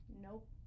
Nope